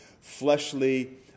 fleshly